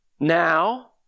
Now